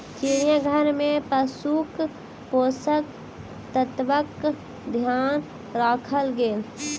चिड़ियाघर में पशुक पोषक तत्वक ध्यान राखल गेल